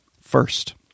first